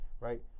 Right